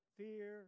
fear